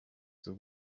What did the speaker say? the